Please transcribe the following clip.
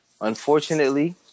unfortunately